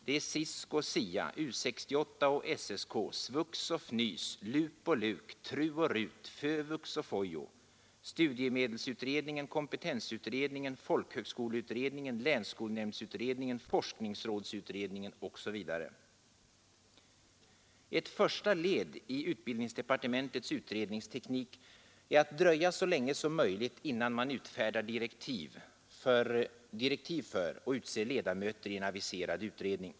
Det är SISK och SIA, U 68 och SSK, SVUX och FNYS, LUP och LUK, TRU och RUT, Fövux och FOJO, studiemedelsutredningen, kompetensutredningen, folkhögskoleutredningen, <länsskolnämndsutredningen, forskningsrådsutredningen osv. Ett första led i utbildningsdepartementets utredningsteknik är att dröja så länge som möjligt, innan man utfärdar direktiv för och utser ledamöter i en aviserad utredning.